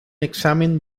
examen